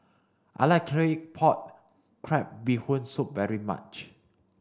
I like Claypot crab bee Hoon soup very much